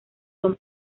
son